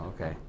okay